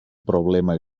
problema